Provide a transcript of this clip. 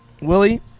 Willie